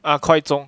ah 快中